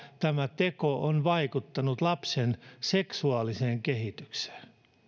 tämä teko on vaikuttanut lapsen seksuaaliseen kehitykseen